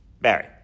Barry